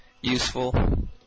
useful